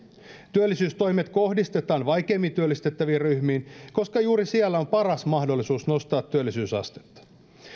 työllisyystoimet kohdistetaan vaikeimmin työllistettäviin ryhmiin koska juuri siellä on paras mahdollisuus nostaa työllisyysastetta